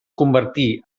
convertir